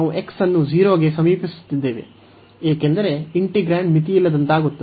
ನಾವು x ಅನ್ನು 0 ಕ್ಕೆ ಸಮೀಪಿಸುತ್ತೇವೆ ಏಕೆಂದರೆ ಇಂಟಿಗ್ರಾಂಡ್ ಮಿತಿಯಿಲ್ಲದಂತಾಗುತ್ತದೆ